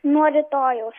nuo rytojaus